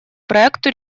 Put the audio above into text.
проекту